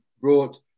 brought